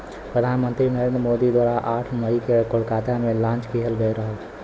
प्रधान मंत्री नरेंद्र मोदी द्वारा आठ मई के कोलकाता में लॉन्च किहल गयल रहल